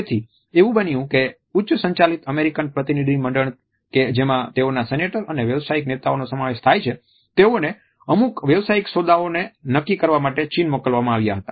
તેથી એવું બન્યું કે ઉચ્ચ સંચાલિત અમેરીકન પ્રતિનિધિમંડળ કે જેમાં તેઓના સેનેટર અને વ્યવસાયીક નેતાઓનો સમાવેશ થાય છે તેઓને અમુક વ્યવસાયીક સોદાઓને નકકી કરવા માટે ચીન મોકલવામાં આવ્યા હતા